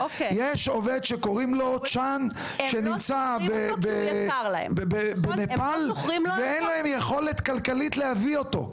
יש עובד שקוראים לו צ'ן שנמצא בנפאל ואין להם יכולת כלכלית להביא אותו.